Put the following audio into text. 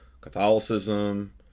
Catholicism